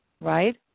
right